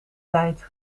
tijd